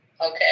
Okay